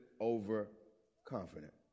overconfident